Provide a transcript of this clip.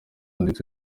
ndetse